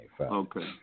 Okay